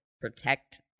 protect